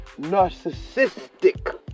narcissistic